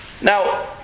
Now